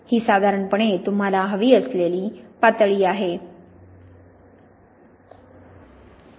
ही साधारणपणे तुम्हाला हवी असलेली पातळी आहे